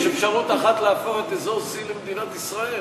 יש אפשרות אחת להפוך את אזור C למדינת ישראל,